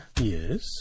yes